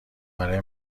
برای